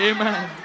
Amen